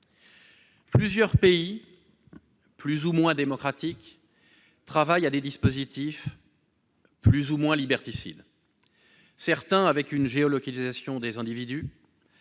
Plusieurs pays plus ou moins démocratiques travaillent à des dispositifs plus ou moins liberticides. Certains d'entre eux s'appuient sur la géolocalisation des individus,